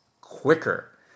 quicker